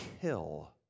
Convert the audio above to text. kill